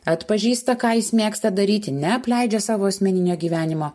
atpažįsta ką jis mėgsta daryti neapleidžia savo asmeninio gyvenimo